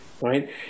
right